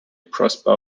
prosper